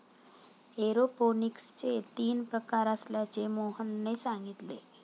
एरोपोनिक्सचे तीन प्रकार असल्याचे मोहनने सांगितले